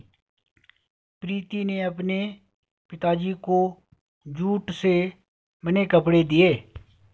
प्रीति ने अपने पिताजी को जूट से बने कपड़े दिए